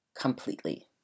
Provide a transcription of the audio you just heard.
completely